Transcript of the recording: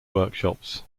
workshops